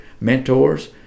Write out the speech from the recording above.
mentors